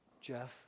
Jeff